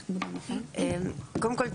קודם כול,